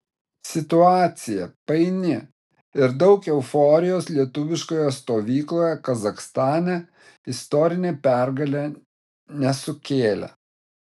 situacija paini ir daug euforijos lietuviškoje stovykloje kazachstane istorinė pergalė nesukėlė